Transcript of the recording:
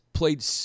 Played